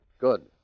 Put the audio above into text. Good